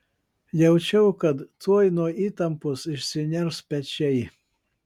jaučiau kad tuoj nuo įtampos išsiners pečiai